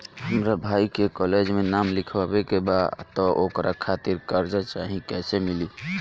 हमरा भाई के कॉलेज मे नाम लिखावे के बा त ओकरा खातिर कर्जा चाही कैसे मिली?